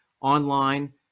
online